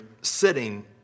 sitting